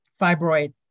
fibroid